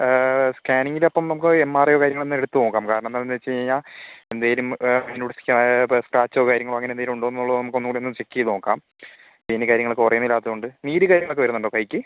സ്കാനിങ്ങിലപ്പം അപ്പം നമുക്ക് എംആർഐയോ കാര്യങ്ങളോ എന്നാ എടുത്ത് നോക്കാം കാരണം എന്താന്ന് വെച്ച് കഴിഞ്ഞാൽ എന്തേലും വേറയിന്റുള്ളിലേക്ക് സ്ക്രാചോ എന്തേലും ഉണ്ടോന്നൊള്ളത് നമുക്കൊന്നൂടെയൊന്ന് ചെക്ക് ചെയ്ത് നോക്കാം വേദനയും കാര്യങ്ങളൊക്കെ കൊറയ്ന്നില്ലാത്തകൊണ്ട് നീര് കാര്യങ്ങളൊക്കെ വരുന്നുണ്ടോ കൈക്ക്